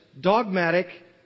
dogmatic